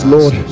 Lord